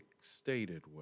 stated